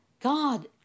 God